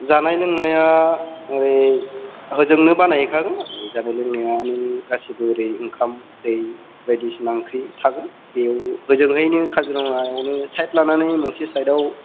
जानाय लोंनाया ओरै हजोंनो बानाय हैखागोन आरो जानाय लोंनाया नों गासैबो ओरै ओंखाम दै बायदिसिना ओंख्रि थागोन बेयाव हजोंहायनो काजिरङायावनो साइड लानानै मोनसे साइडआव